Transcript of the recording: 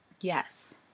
yes